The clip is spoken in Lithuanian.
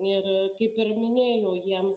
ir kaip ir minėjau jiems